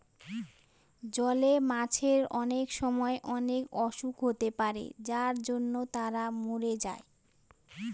জলে মাছের অনেক সময় অনেক অসুখ হতে পারে যার জন্য তারা মরে যায়